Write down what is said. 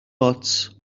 ots